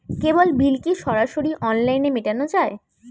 কেবল bill কি সরাসরি অনলাইনে মেটানো য়ায়?